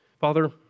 Father